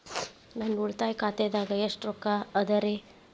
ನನ್ನ ಉಳಿತಾಯ ಖಾತಾದಾಗ ಎಷ್ಟ ರೊಕ್ಕ ಅದ ರೇ?